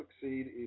succeed